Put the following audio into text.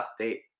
update